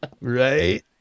Right